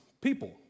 people